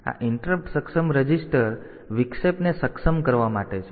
તેથી આ ઇન્ટરપ્ટ સક્ષમ રજીસ્ટર છે તેથી આ વિક્ષેપને સક્ષમ કરવા માટે છે